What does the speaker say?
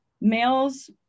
males